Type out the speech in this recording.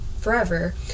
forever